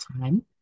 time